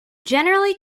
generally